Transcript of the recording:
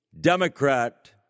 Democrat